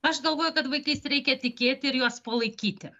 aš galvoju kad vaikais reikia tikėti ir juos palaikyti